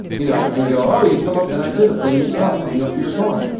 you know and go, oh, you come up, and i did a flaming cop coming up to your car.